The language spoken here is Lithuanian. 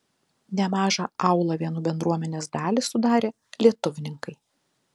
nemažą aulavėnų bendruomenės dalį sudarė lietuvininkai